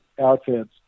outfits